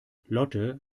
lotte